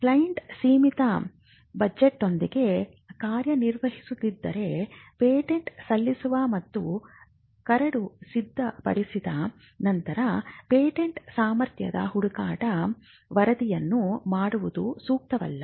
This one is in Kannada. ಕ್ಲೈಂಟ್ ಸೀಮಿತ ಬಜೆಟ್ನೊಂದಿಗೆ ಕಾರ್ಯನಿರ್ವಹಿಸುತ್ತಿದ್ದರೆ ಪೇಟೆಂಟ್ ಸಲ್ಲಿಸುವ ಮತ್ತು ಕರಡು ಸಿದ್ಧಪಡಿಸಿದ ನಂತರ ಪೇಟೆಂಟ್ ಸಾಮರ್ಥ್ಯದ ಹುಡುಕಾಟ ವರದಿಯನ್ನು ಮಾಡುವುದು ಸೂಕ್ತವಲ್ಲ